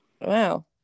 Wow